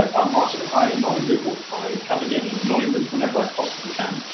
um i'm martin. i annoy in google by coming in and annoying them, whenever i possibly can.